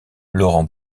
laurent